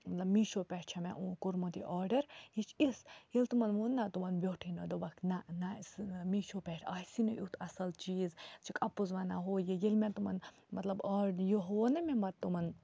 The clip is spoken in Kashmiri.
مطلب میٖشو پٮ۪ٹھ چھے مےٚ کوٚرمُت یہِ آرڈَر یہِ چھِ یِژھ ییٚلہِ تٕمَن ووٚن نہ تمَن بیوٚٹھٕے نہٕ دوٚپکھ نہ نہ میٖشو پٮ۪ٹھ آسہِ نہٕ یُتھ اَصٕل چیٖز ژٕ چھکھ اَپُز وَنان ہُہ یہِ ییٚلہِ مےٚ تمَن مطلب یہِ ہُوو نہٕ مےٚ مَگر تمَن